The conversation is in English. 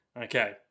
Okay